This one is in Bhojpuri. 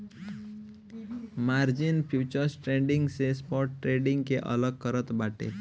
मार्जिन फ्यूचर्स ट्रेडिंग से स्पॉट ट्रेडिंग के अलग करत बाटे